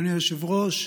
אדוני היושב-ראש,